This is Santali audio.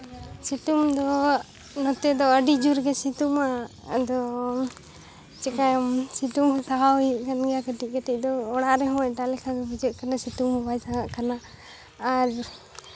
ᱥᱤᱛᱩᱝ ᱫᱚ ᱱᱚᱛᱮ ᱫᱚ ᱟᱹᱰᱤ ᱡᱳᱨ ᱜᱮ ᱥᱤᱛᱩᱝᱼᱟ ᱟᱫᱚ ᱪᱤᱠᱟᱹᱭᱟᱢ ᱥᱤᱛᱩᱝ ᱦᱚᱸ ᱥᱟᱦᱟᱣ ᱦᱩᱭᱩᱜ ᱠᱟᱱ ᱜᱮᱭᱟ ᱠᱟᱹᱴᱤᱡ ᱠᱟᱹᱴᱤᱡ ᱫᱚ ᱚᱲᱟᱜ ᱨᱮᱦᱮᱸ ᱮᱴᱟᱜ ᱞᱮᱠᱟᱜᱮ ᱵᱩᱡᱷᱟᱹᱜ ᱠᱟᱱᱟ ᱥᱤᱛᱩᱝ ᱜᱮᱵᱟᱭ ᱥᱟᱦᱟᱜ ᱠᱟᱱᱟ ᱟᱨ